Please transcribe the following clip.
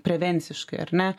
prevenciškai ar ne